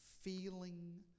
feeling